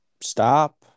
stop